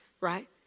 right